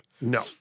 No